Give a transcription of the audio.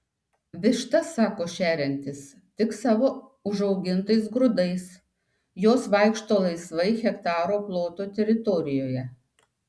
vištas sako šeriantis tik savo užaugintais grūdais jos vaikšto laisvai hektaro ploto teritorijoje